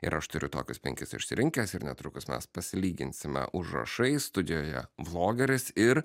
ir aš turiu tokius penkis išsirinkęs ir netrukus mes pasilyginsime užrašais studijoje vlogeris ir